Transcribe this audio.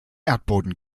erdboden